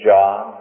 John